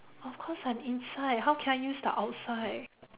of course I'm inside how can I use the outside